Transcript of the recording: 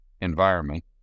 environment